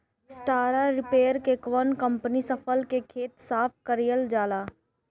Straw reaper से कवन कवनी फसल के खेत साफ कयील जाला?